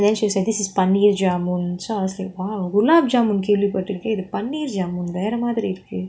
and then she was like this is paneer jamun so I was like !wow! gulab jamun கேள்வி பட்டுருக்கேன் இது:kelvi paturuken ithu paneer jamun வேற மாதிரி இருக்கு:vera maathiri iruku